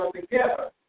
together